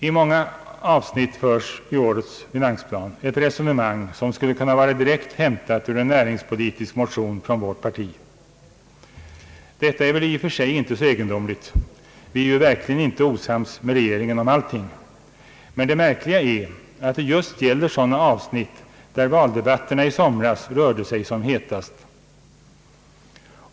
I många avsnitt i finansplanen förs ett resonemang som skulle kunna vara direkt hämtat ur en näringspolitisk motion från vårt parti. Detta är väl i och för sig inte så egendomligt — vi är verkligen inte osams med regeringen om allting — men det märkliga är att det just gäller sådana avsnitt där valdebatterna i somras rörde sig som hetast.